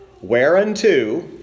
whereunto